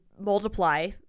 multiply